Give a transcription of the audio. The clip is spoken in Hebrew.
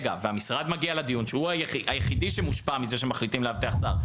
המשרד מגיע לדיון כשהוא היחידי שמושפע מזה שמחליטים לאבטח שר,